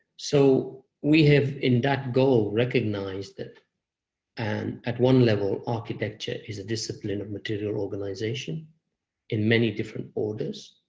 so we have, in that goal, recognized that and at one level, architecture is a discipline of material organization in many different orders.